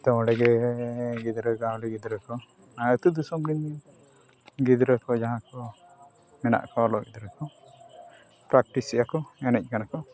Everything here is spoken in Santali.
ᱛᱚ ᱚᱸᱰᱮᱜᱮ ᱟᱹᱰᱤ ᱜᱤᱫᱨᱟᱹ ᱠᱚ ᱟᱹᱛᱩ ᱫᱤᱥᱚᱢ ᱨᱮᱱ ᱜᱤᱫᱽᱨᱟᱹ ᱠᱚ ᱡᱟᱦᱟᱸ ᱠᱚ ᱢᱮᱱᱟᱜ ᱠᱚᱣᱟ ᱚᱞᱚᱜ ᱜᱤᱫᱽᱨᱟᱹ ᱠᱚ ᱯᱨᱮᱠᱴᱤᱥᱮᱫᱼᱟᱠᱚ ᱮᱱᱮᱡ ᱠᱟᱱᱟ ᱠᱚ